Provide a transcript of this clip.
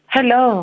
Hello